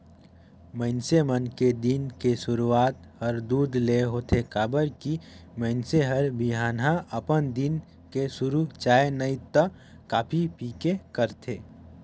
मइनसे मन के दिन के सुरूआत हर दूद ले होथे काबर की मइनसे हर बिहनहा अपन दिन के सुरू चाय नइ त कॉफी पीके करथे